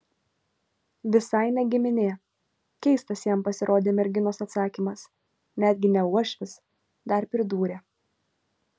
visai ne giminė keistas jam pasirodė merginos atsakymas netgi ne uošvis dar pridūrė